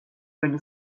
going